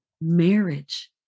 marriage